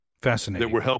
Fascinating